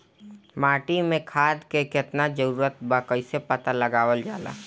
माटी मे खाद के कितना जरूरत बा कइसे पता लगावल जाला?